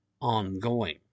ongoing